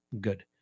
Good